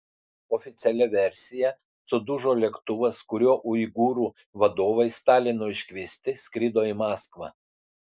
oficialia versija sudužo lėktuvas kuriuo uigūrų vadovai stalino iškviesti skrido į maskvą